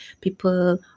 people